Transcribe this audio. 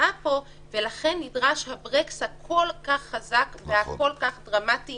ולכן נדרש ברקס כל כך חזק וכל כך דרמטי